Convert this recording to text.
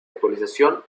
actualización